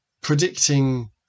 predicting